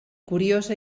curiosa